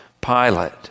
Pilate